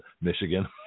Michigan